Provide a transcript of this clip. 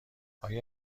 آیا